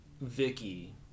Vicky